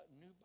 new